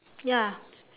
ya